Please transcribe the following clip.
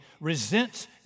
resents